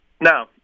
No